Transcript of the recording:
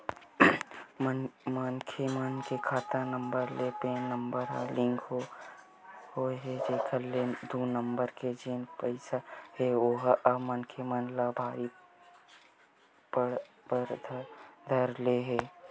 मनखे मन के खाता नंबर ले पेन नंबर ह लिंक होगे हे जेखर ले दू नंबर के जेन पइसा हे ओहा अब मनखे मन ला भारी पड़े बर धर ले हे